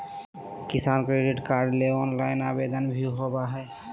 किसान credit card ले online आवेदन भी होबय हय